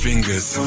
Fingers